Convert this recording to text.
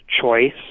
choice